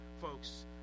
folks